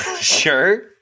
Sure